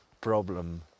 problem